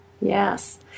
Yes